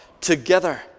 together